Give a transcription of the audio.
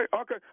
okay